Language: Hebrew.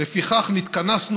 "לפיכך נתכנסנו,